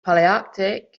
palearctic